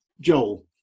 Joel